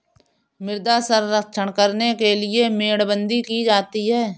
मृदा संरक्षण करने के लिए मेड़बंदी की जाती है